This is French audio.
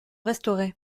restaurées